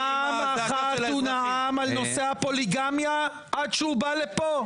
פעם אחת הוא נאם על הפוליגמיה עד שהוא בא לפה?